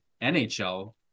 NHL